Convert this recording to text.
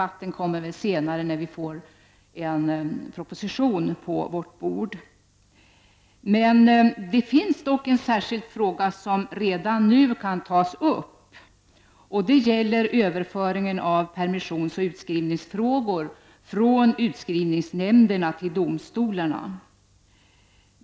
Debatten kommer väl senare när vi får en proposition på vårt bord. Det finns dock en särskild fråga som redan nu kan tas upp, nämligen överföringen av permissionsoch utskrivningsfrågor från utskrivningsnämnderna till domstolarna.